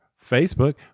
Facebook